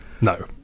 No